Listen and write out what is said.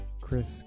chris